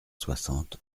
soixante